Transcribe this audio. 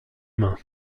mains